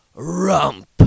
Rump